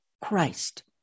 Christ